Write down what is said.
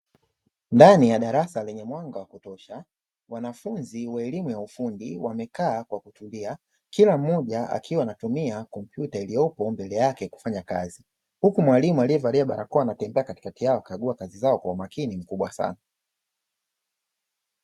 Ndani ya darasa lenye mwanga wa kutosha, wanafunzi wa elimu ya ufundi wamekaa kwa kutulia kila mmoja akiwa anatumia kompyuta iliyopo mbele yake kufanya kazi. Huku mwalimu aliyevalia barakoa anatembea katikati yao akagua kazi zao kwa umakini mkubwa sana.